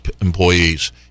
employees